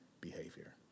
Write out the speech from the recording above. behavior